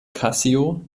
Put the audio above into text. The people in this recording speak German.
casio